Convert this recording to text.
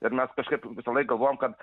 ir mes kažkaip visąlaik galvojam kad